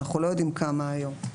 אנחנו לא יודעים כמה היום.